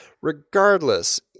Regardless